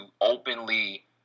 openly